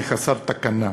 כחסר תקנה.